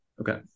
Okay